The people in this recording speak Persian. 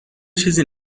چیزی